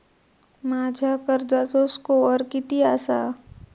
माझ्या कर्जाचो स्कोअर किती आसा?